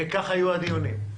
וכך יהיו הדיונים.